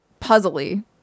puzzly